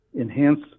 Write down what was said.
enhance